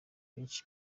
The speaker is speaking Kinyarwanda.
benshi